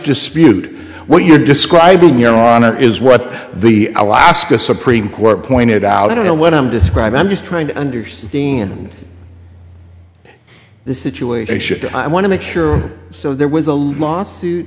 dispute what you're describing your on that is what the alaska supreme court pointed out i don't know what i'm describing i'm just trying to understand the situation i want to make sure so there was a lawsuit